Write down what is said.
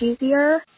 easier